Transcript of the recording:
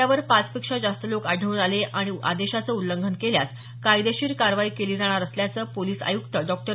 रस्त्यावर पाच पेक्षा जास्त लोक आढळून आले आणि आदेशाचे उल्लंघन केल्यास कायदेशीर कारवाई केली जाणार असल्याचं पोलीस आयुक्त डॉ